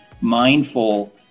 mindful